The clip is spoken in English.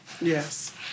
Yes